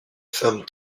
femmes